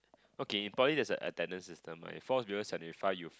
okay in poly there's a attendance system like if falls below seventy five you